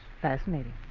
Fascinating